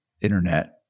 internet